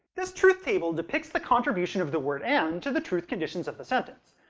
this truth table depicts the contribution of the word and to the truth conditions of the sentence.